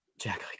Jack